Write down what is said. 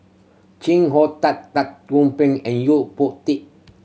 Chee Hong Tat and Yo Po Tee